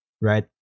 right